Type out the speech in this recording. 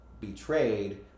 betrayed